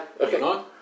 okay